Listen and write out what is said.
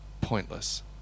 pointless